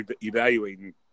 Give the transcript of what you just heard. evaluating –